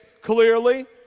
clearly